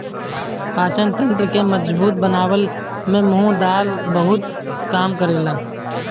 पाचन तंत्र के मजबूत बनावे में मुंग दाल बहुते काम करेला